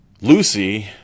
Lucy